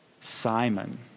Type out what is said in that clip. Simon